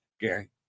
Gary